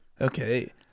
Okay